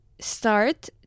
Start